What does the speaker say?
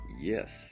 yes